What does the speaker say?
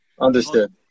Understood